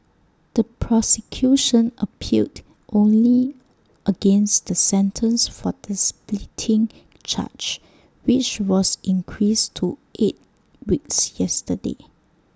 the prosecution appealed only against the sentence for the spitting charge which was increased to eight weeks yesterday